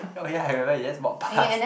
oh ya I remember he just walk past